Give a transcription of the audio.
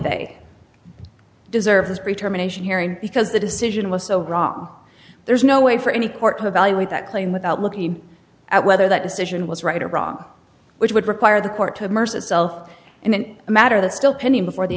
way deserves be terminations hearing because the decision was so wrong there's no way for any court to evaluate that claim without looking at whether that decision was right or wrong which would require the court to immerse itself and a matter that's still pending before the